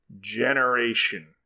generation